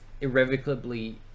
irrevocably